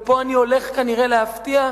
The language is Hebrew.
ופה אני הולך כנראה להפתיע,